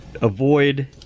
avoid